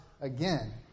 again